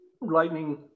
lightning